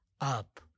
up